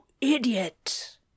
idiot